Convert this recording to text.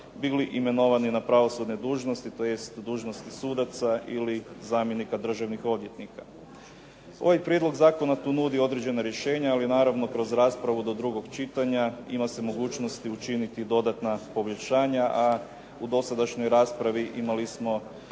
bili imenovani na pravosudne dužnosti, tj. dužnosti sudaca ili zamjenika državnih odvjetnika. Ovaj prijedlog zakona tu nudi određena rješenja, ali naravno kroz raspravu do drugog čitanja ima se mogućnosti učiniti i dodatna poboljšanja, a u dosadašnjoj raspravi imali smo